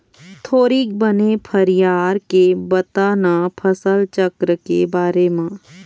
थोरिक बने फरियार के बता न फसल चक्र के बारे म